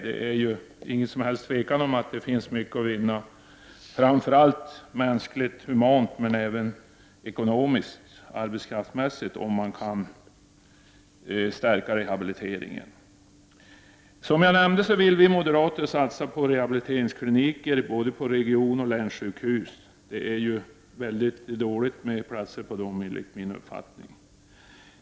Det råder inget som helst tvivel om att det finns mycket att vinna, framför allt mänskligt, humant men även ekonomiskt, arbetskraftsmässigt, om man kan stärka rehabiliteringen. Som jag nämnde vill vi moderater satsa på rehabiliteringskliniker både på regionoch länssjukhus. Det är dåligt med platser på dem, enligt min uppfattning.